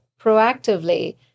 proactively